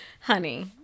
honey